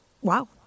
wow